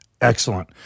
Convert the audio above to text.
Excellent